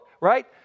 right